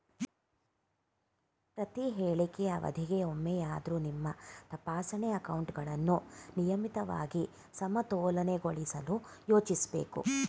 ಪ್ರತಿಹೇಳಿಕೆ ಅವಧಿಗೆ ಒಮ್ಮೆಯಾದ್ರೂ ನಿಮ್ಮ ತಪಾಸಣೆ ಅಕೌಂಟ್ಗಳನ್ನ ನಿಯಮಿತವಾಗಿ ಸಮತೋಲನಗೊಳಿಸಲು ಯೋಚಿಸ್ಬೇಕು